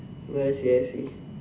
oh I see I see